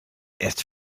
erst